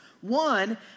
One